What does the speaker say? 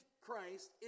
Christ